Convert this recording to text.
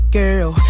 girl